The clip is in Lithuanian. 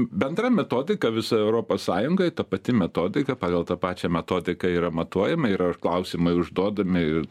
bendra metodika visoj europos sąjungoj ta pati metodika pagal tą pačią metodiką yra matuojama yra ir klausimai užduodami ir